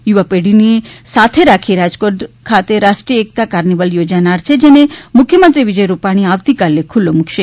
યુવાપેઢી ને સાથે રાખી રાજકોટ ખાતે રાષ્ટ્રીય એકતા કાર્નિવલ યોજાનાર છે જેને મુખ્યમંત્રી વિજય રૂપાણી આવતીકાલે ખુલ્લો મૂકવાના છે